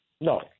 No